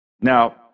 Now